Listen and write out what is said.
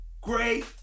great